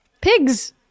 pigs